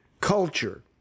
culture